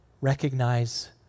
recognize